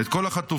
-- את כל החטופים.